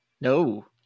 No